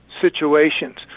situations